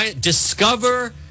Discover